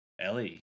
Ellie